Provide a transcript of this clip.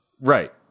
Right